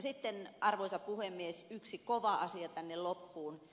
sitten arvoisa puhemies yksi kova asia tänne loppuun